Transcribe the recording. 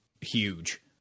huge